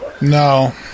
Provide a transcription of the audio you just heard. No